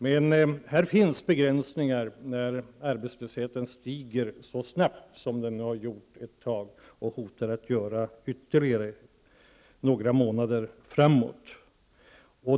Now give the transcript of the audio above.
Men möjligheterna är begränsade då arbetslösheten stiger så snabbt som den nu gjort och ser ut att göra ytterligare några månader framåt.